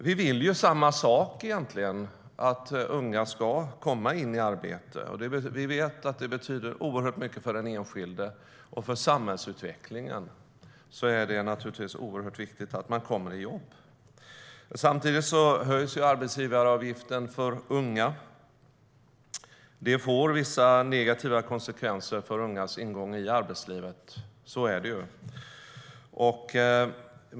Vi vill egentligen samma sak, att unga ska komma in i arbete. Vi vet att det betyder oerhört mycket för den enskilde, och för samhällsutvecklingen är det naturligtvis oerhört viktigt att man kommer i jobb. Samtidigt höjs arbetsgivaravgiften för unga. Det får vissa negativa konsekvenser för ungas ingång i arbetslivet, så är det ju.